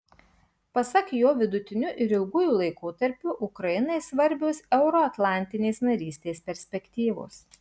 pasak jo vidutiniu ir ilguoju laikotarpiu ukrainai svarbios euroatlantinės narystės perspektyvos